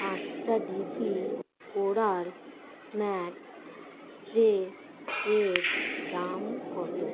পাঁচটা D P coral snack tray এর দাম কতো